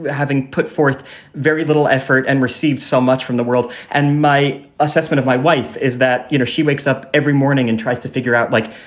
but having put forth very little effort and received so much from the world. and my assessment of my wife is that you know she wakes up every morning and tries to figure out, like,